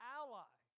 ally